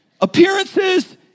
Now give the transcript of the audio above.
appearances